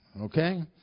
Okay